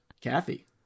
Kathy